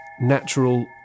natural